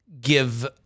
give